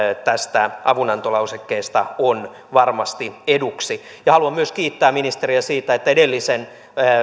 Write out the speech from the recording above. tästä avunantolausekkeesta on varmasti eduksi ja haluan myös kiittää ministeriä siitä että edellisen